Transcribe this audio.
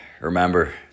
remember